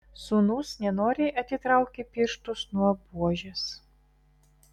sūnus nenoriai atitraukė pirštus nuo buožės